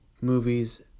movies